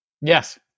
Yes